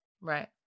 Right